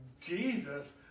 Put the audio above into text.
Jesus